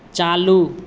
चालू